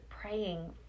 praying